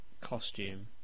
costume